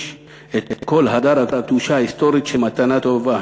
את כל הדר הקדושה ההיסטורית של 'מתנה טובה'".